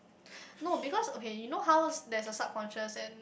no because okay you know how's there's a subconscious and